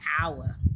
hour